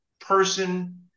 person